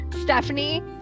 Stephanie